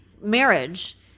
marriage